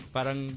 Parang